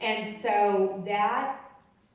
and so that